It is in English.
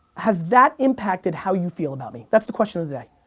has that impacted how you feel about me. that's the question of the day.